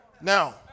Now